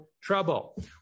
trouble